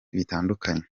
bitandukanye